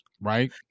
Right